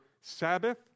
Sabbath